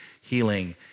healing